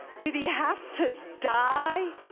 did he have to die?